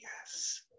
yes